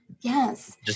yes